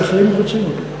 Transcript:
ואחרים מבצעים.